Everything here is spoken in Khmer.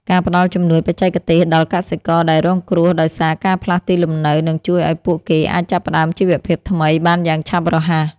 ការផ្តល់ជំនួយបច្ចេកទេសដល់កសិករដែលរងគ្រោះដោយសារការផ្លាស់ទីលំនៅនឹងជួយឱ្យពួកគេអាចចាប់ផ្តើមជីវភាពថ្មីបានយ៉ាងឆាប់រហ័ស។